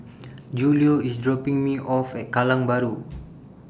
Julio IS dropping Me off At Kallang Bahru